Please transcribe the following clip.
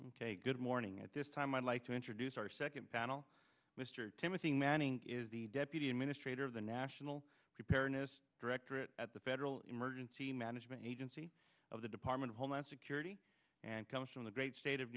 ok good morning at this time i'd like to introduce our second panel mr timothy manning is the deputy administrator of the national preparedness directorate the federal emergency management agency of the department of homeland security and comes from the great state of